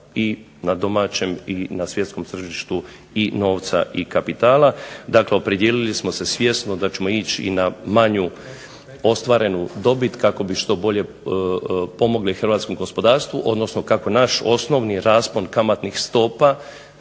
i na domaćem i na svjetskom tržištu i novca i kapitala. Dakle, opredijelili smo se svjesno da ćemo ići i na manju ostvarenu dobit kako bi što bolje pomogli hrvatskom gospodarstvu, odnosno kako naš osnovni raspon kamatnih stopa